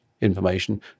information